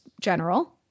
general